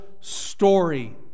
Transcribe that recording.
story